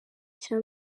cya